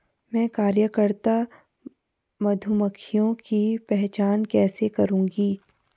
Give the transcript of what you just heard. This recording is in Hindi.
मैं कार्यकर्ता मधुमक्खियों की पहचान कैसे करूंगी?